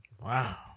Wow